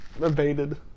evaded